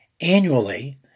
annually